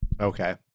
Okay